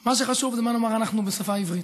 מה שחשוב זה מה נאמר אנחנו בשפה העברית.